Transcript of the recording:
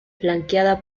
flanqueada